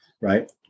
Right